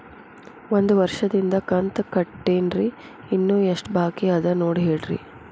ಒಂದು ವರ್ಷದಿಂದ ಕಂತ ಕಟ್ಟೇನ್ರಿ ಇನ್ನು ಎಷ್ಟ ಬಾಕಿ ಅದ ನೋಡಿ ಹೇಳ್ರಿ